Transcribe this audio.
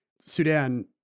Sudan